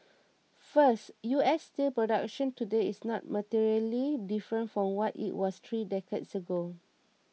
first U S steel production today is not materially different from what it was three decades ago